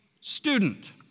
student